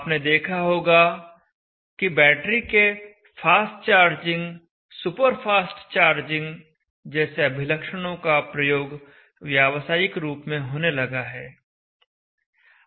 आपने देखा होगा कि बैटरी के fast charging super fast charging जैसे अभिलक्षणों का प्रयोग व्यावसायिक रूप में होने लगा है